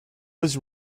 was